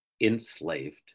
enslaved